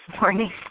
morning